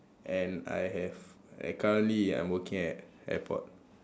and I have I currently am working at airport